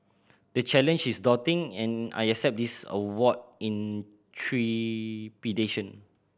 the challenge is daunting and I accept this award in trepidation